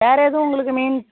வேறு எதுவும் உங்களுக்கு மீன்